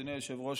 אדוני היושב-ראש,